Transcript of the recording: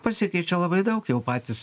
pasikeičia labai dau jau patys